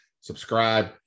Subscribe